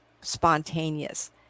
spontaneous